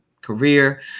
career